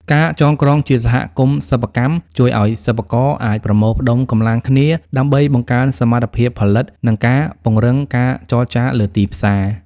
ការចងក្រងជាសហគមន៍សិប្បកម្មជួយឱ្យសិប្បករអាចប្រមូលផ្ដុំកម្លាំងគ្នា ដើម្បីបង្កើនសមត្ថភាពផលិត និងការពង្រឹងការចរចាលើទីផ្សារ។